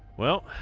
well